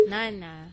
Nana